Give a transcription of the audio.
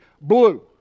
blue